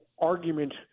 argument